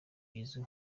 bizwi